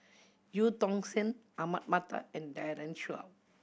Eu Tong Sen Ahmad Mattar and Daren Shiau